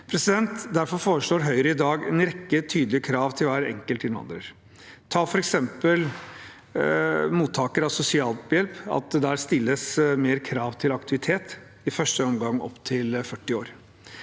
Derfor foreslår Høyre i dag en rekke tydelige krav til hver enkelt innvandrer. Et eksempel er mottakere av sosialhjelp. Der stilles det mer krav til aktivitet, i første omgang opp til 40 år.